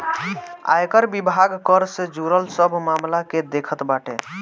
आयकर विभाग कर से जुड़ल सब मामला के देखत बाटे